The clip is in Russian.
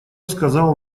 сказал